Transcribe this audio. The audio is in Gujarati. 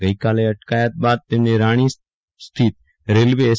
ગઈકાલે અટકાપન બાદ તેમને રાણીપસ્થિત રેલ્વે એસ